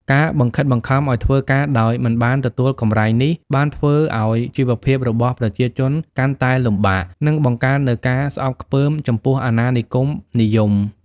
ការបង្ខិតបង្ខំឱ្យធ្វើការដោយមិនបានទទួលកម្រៃនេះ បានធ្វើឱ្យជីវភាពរបស់ប្រជាជនកាន់តែលំបាក និងបង្កើននូវការស្អប់ខ្ពើមចំពោះអាណានិគមនិយម។